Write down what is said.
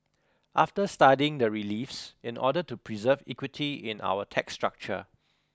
after studying the reliefs in order to preserve equity in our tax structure